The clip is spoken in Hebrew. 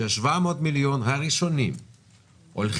ש-700 מיליון השקל הראשונים הולכים